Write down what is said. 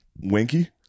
Winky